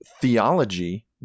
theology